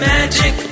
Magic